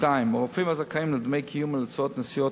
2. הרופאים הזכאים לדמי קיום ולהוצאות לנסיעות,